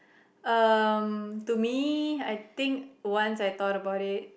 um to me I think once I thought about it